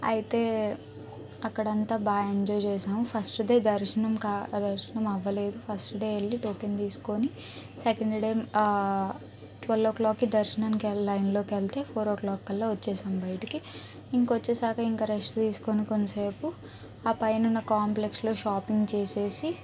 అయితే అక్కడంతా బాగా ఎంజోయ్ చేసాం ఫస్ట్ దే దర్శనం కా దర్శనం అవ్వలేదు ఫస్ట్ డే వెళ్ళి టోకెన్ తీసుకొని సెకెండ్ డే ఆ ట్వల్ ఓ క్లాక్కి దర్శనానికె లైన్లో కెల్తే ఫోర్ ఓ క్లాక్ కల్లా వచ్చేసాం బైటికి ఇంకొచ్చేసాకా ఇంక రెస్ట్ తీస్కుని కొంసేపు ఆ పైనున్న కాంప్లెక్స్ లో షాపింగ్ చేసేసి